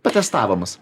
pratestavo mus